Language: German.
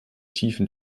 tiefen